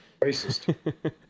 Racist